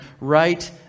right